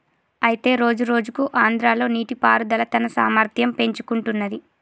అయితే రోజురోజుకు ఆంధ్రాలో నీటిపారుదల తన సామర్థ్యం పెంచుకుంటున్నది